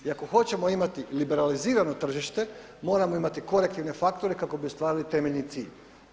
I ako hoćemo imati liberalizirano tržište moramo imati korektivne faktore kako bi ostvarili temeljni cilj.